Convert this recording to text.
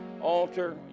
altar